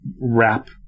wrap